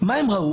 מה הם ראו?